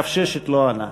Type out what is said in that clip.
רב ששת לא ענה.